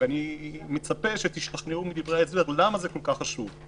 אני מצפה שתשתכנעו מדברי ההסבר למה זה כל כך חשוב.